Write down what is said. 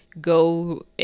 go